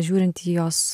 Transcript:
žiūrint į jos